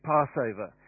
Passover